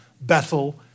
Bethel